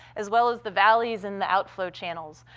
as well as the valleys and the outflow channels.